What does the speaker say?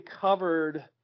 covered